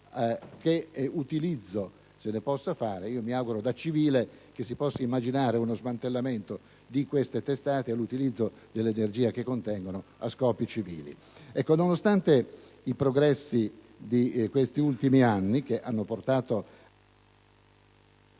che utilizzo se ne possa fare. Io da civile mi auguro che si possa immaginare uno smantellamento di queste testate e un utilizzo dell'energia che contengono a scopi civili. Nonostante i progressi di questi ultimi anni che hanno portato